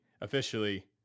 officially